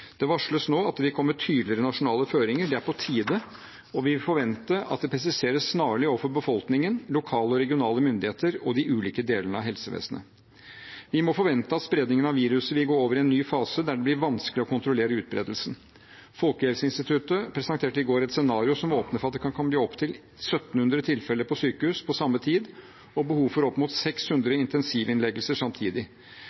Det varsles nå at det vil komme tydeligere nasjonale føringer. Det er på tide, og vi forventer at dette presiseres snarlig overfor befolkningen, lokale og regionale myndigheter og de ulike delene av helsevesenet. Vi må forvente at spredningen av viruset vil gå over i en ny fase der det vil bli vanskeligere å kontrollere utbredelsen. Folkehelseinstituttet presenterte i går et scenario som åpner for at det kan bli opptil 1 700 tilfeller på sykehus på samme tid og behov for opp mot 600